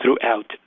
throughout